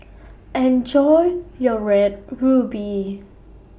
Enjoy your Red Ruby